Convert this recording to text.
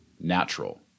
natural